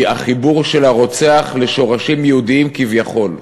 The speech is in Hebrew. הוא החיבור של הרוצח לשורשים יהודיים כביכול,